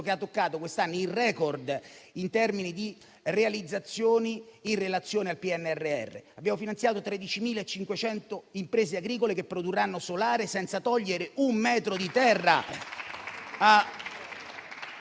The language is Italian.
che ha toccato quest'anno il *record* in termini di realizzazioni in relazione al PNRR. Abbiamo finanziato 13.500 imprese agricole che produrranno solare senza sottrarre un metro di terra